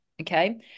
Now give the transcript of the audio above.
okay